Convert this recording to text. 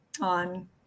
on